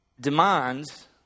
demands